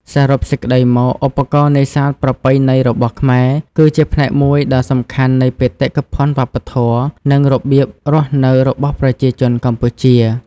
សរុបសេចក្តីមក ឧបករណ៍នេសាទប្រពៃណីរបស់ខ្មែរ គឺជាផ្នែកមួយដ៏សំខាន់នៃបេតិកភណ្ឌវប្បធម៌ និងរបៀបរស់នៅរបស់ប្រជាជនកម្ពុជា។